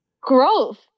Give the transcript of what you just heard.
Growth